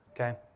Okay